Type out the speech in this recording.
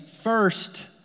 first